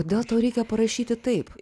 kodėl tau reikia parašyti taip